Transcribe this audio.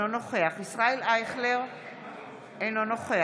סוג של רישיון, צריך להסדיר את הנושא